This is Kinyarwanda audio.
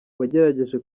wagerageje